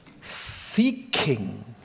seeking